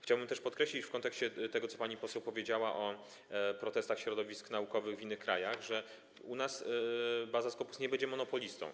Chciałbym też podkreślić w kontekście tego, co pani poseł powiedziała o protestach środowisk naukowych w innych krajach, że u nas baza Scopus nie będzie monopolistą.